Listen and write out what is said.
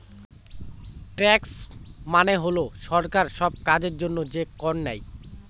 tax মানে হল সরকার সব কাজের জন্য যে কর নেয়